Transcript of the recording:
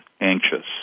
anxious